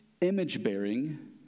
image-bearing